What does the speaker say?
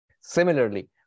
Similarly